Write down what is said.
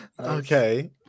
Okay